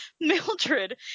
Mildred